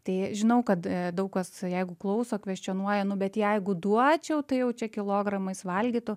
tai žinau kad daug kas jeigu klauso kveščionuoja nu bet jeigu duočiau tai jau čia kilogramais valgytų